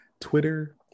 Twitter